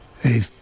Hey